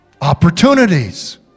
Opportunities